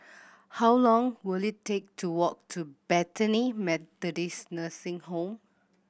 how long will it take to walk to Bethany Methodist Nursing Home